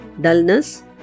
dullness